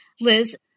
Liz